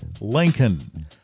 Lincoln